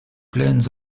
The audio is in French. plaines